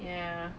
ya